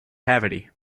cavity